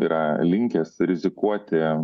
yra linkęs rizikuoti